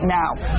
now